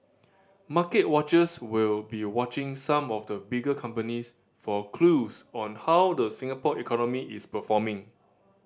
market watchers will be watching some of the bigger companies for clues on how the Singapore economy is performing